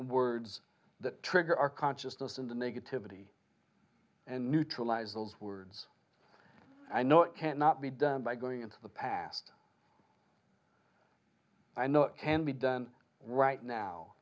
words that trigger our consciousness in the negativity and neutralize those words i know it cannot be done by going into the past i know it can be done right now